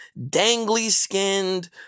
dangly-skinned